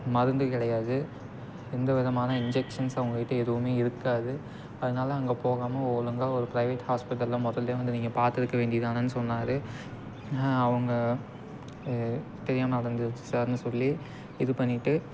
மருந்து கிடையாது எந்த விதமான இன்ஜக்ஷன்ஸ் அவங்கக்கிட்ட எதுவும் இருக்காது அதனால் அங்கே போகாமல் ஒழுங்கா ஒரு ப்ரைவேட் ஹாஸ்பிட்டலில் முதல்லே வந்து நீங்கள் பாத்திருக்க வேண்டியதானேன்னு சொன்னார் அவங்க தெரியாமல் நடந்திருச்சு சார்னு சொல்லி இது பண்ணிட்டு